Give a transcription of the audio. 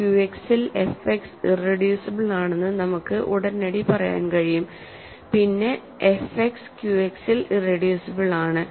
ക്യുഎക്സിൽ F X irreducible ആണെന്ന് നമുക്ക് ഉടനടി പറയാൻ കഴിയും പിന്നെ എഫ് എക്സ് ക്യുഎക്സിൽ ഇറെഡ്യൂസിബിൾ ആണ്